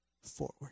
forward